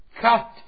cut